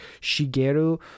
shigeru